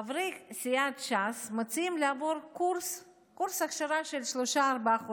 חברי סיעת ש"ס מציעים לעבור קורס הכשרה של שלושה-ארבעה חודשים.